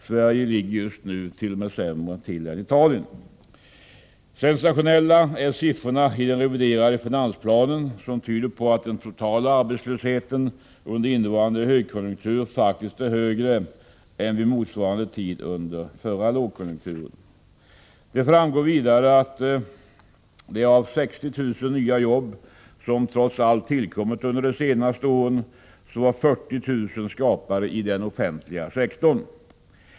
Sverige ligger just nu t.o.m. sämre till än Italien. Sensationella är siffrorna i den reviderade finansplanen, som tyder på att den totala arbetslösheten under innevarande högkonjunktur faktiskt är högre än vid motsvarande tid under förra lågkonjunkturen. Det framgår vidare att det av 60 000 nya jobb, som trots allt tillkommit under de senaste åren, 40 000 skapats i den offentliga sektorn.